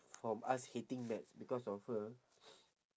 from us hating maths because of her